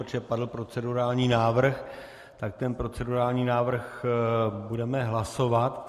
Protože padl procedurální návrh, tak ten procedurální návrh budeme hlasovat.